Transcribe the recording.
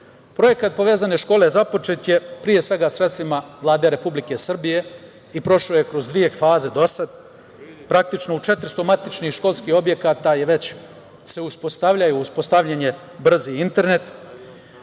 „Povezane škole“ započet je, pre svega, sredstvima Vlade Republike Srbije i prošao je kroz dve faze do sad. Praktično, u 400 matičnih školskih objekata je već uspostavljen brzi internet,